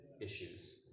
issues